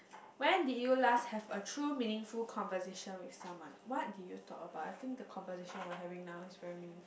when did you last have a true meaningful conversation with someone what did you talk about I think the conversation we are having now is very meaning